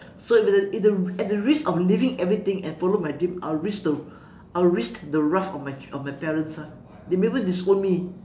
so it will the at at the risk of leaving everything and follow my dream I will risk the I'll risk the wrath of my of my parents ah they might even disown me